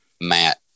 Matt